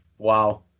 Wow